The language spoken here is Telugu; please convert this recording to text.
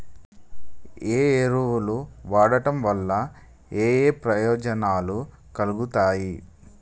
ఏ ఎరువులు వాడటం వల్ల ఏయే ప్రయోజనాలు కలుగుతయి?